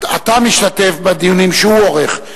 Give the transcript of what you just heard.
אתה משתתף בדיונים שהוא עורך.